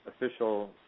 Official